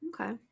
Okay